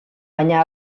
baina